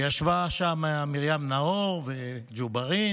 וישבו שם מרים נאור וג'בארין.